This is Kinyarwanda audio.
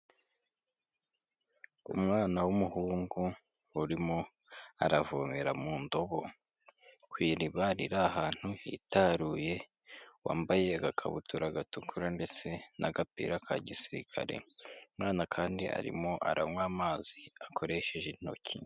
Umwana w'umuhungu urimo aravomera mu ndobo ku iriba riri ahantu hitaruye, wambaye agakabutura gatukura ndetse n'agapira ka gisirikare, umwana kandi arimo aranywa amazi akoresheje intoki.